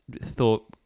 thought